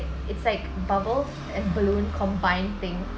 it's like bubble and balloon combined thing